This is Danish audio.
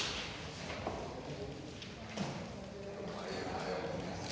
Tak.